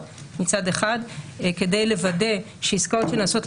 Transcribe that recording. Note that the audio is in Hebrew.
מצד אחד כדי לוודא שעסקאות שנעשות,